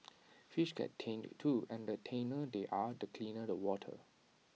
fish get tanned too and the tanner they are the cleaner the water